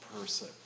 person